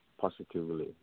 positively